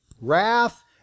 Wrath